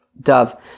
dove